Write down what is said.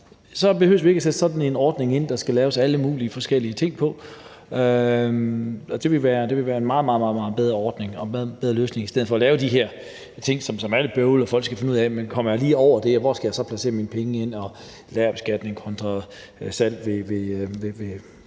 Så behøver vi ikke at sætte sådan en ordning ind, som der skal laves alle mulige forskellige ting på. Det vil være en meget, meget bedre ordning og en bedre løsning i stedet for at lave de her ting, som er lidt bøvlet, hvor folk skal finde ud af, om man lige kommer over det niveau, og hvor man så skal